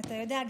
אתה יודע,